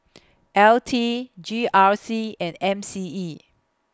L T G R C and M C E